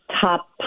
top